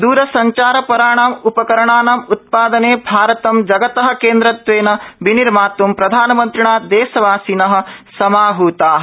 द्रसंचार राणां उ करणानां उत् दने भारतं जगत केन्द्रत्वेन विनिर्मातं प्रधानमन्त्रिणा देशवासिनः समाहताः